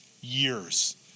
years